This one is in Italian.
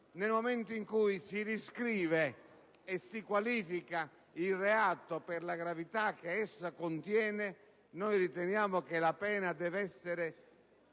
Nel momento in cui si riscrive il testo e si qualifica il reato per la gravità che esso contiene, riteniamo che la pena debba essere